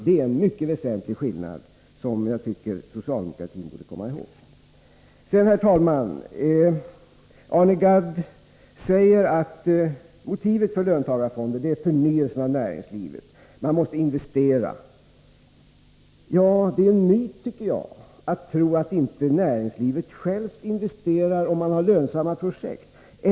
Det är en mycket väsentlig skillnad, som jag tycker att socialdemokraterna borde komma ihåg. Herr talman! Arne Gadd påstod att motivet för löntagarfonder var en förnyelse av näringslivet. Man måste investera. Men det är en myt att tro att näringslivet inte självt investerar om det finns lönsamma projekt.